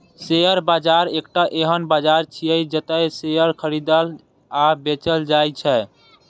share बाजार एकटा एहन बाजार छियै, जतय शेयर खरीदल आ बेचल जाइ छै